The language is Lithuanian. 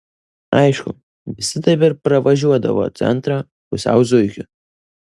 aišku visi taip ir pravažiuodavo centrą pusiau zuikiu